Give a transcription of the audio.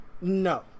No